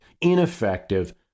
ineffective